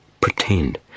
pretend